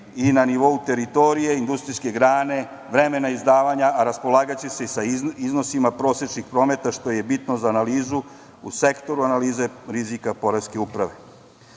i na nivou teritorije, industrijske grane, vremena izdavanja, a raspolagaće se i sa iznosima prosečnih prometa, što je bitno za analizu u sektoru analize rizika poreske uprave. Tako